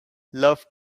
love